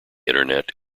internet